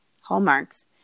Hallmarks